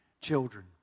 children